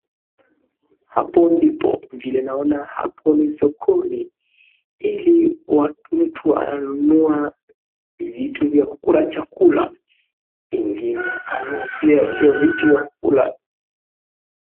Hapo dipo vile naona, hapo ni sokoni ili mtu ananunua vitu vya kukula chakula, ingine anausia hiyo vitu ya kukula.